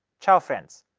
ciao friends.